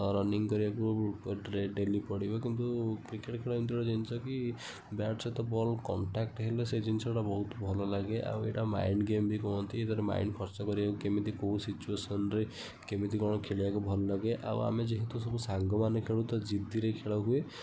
running କରିବାକୁ ଡ୍ରେ daily ପଡ଼ିବ କିନ୍ତୁ କ୍ରିକେଟ୍ ଖେଳ ଏମିତି ଗୋଟେ ଜିନିଷ କି ବ୍ୟାଟ୍ ସହିତ ବଲ୍ କଣ୍ଟାକ୍ଟ୍ ହେଲେ ସେ ଜିନିଷଟା ବହୁତ ଭଲଲାଗେ ଆଉ ଏଇଟା ମାଇଣ୍ତ୍ ଗେମ୍ ବି କୁହନ୍ତି ମାନେ ମାଇଣ୍ତ୍ ଖର୍ଚ୍ଚ କରିବାକୁ କେମିତି କେଉଁ ସିଚ୍ୱେଶନ୍ରେ କେମିତି କ'ଣ ଖେଳିବାକୁ ଭଲଲାଗେ ଆଉ ଆମେ ଯେହେତୁ ସବୁ ସାଙ୍ଗମାନେ ଖେଳୁ ତ ଜିଦିରେ ଖେଳ ହୁଏ